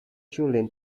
children